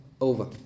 over